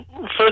first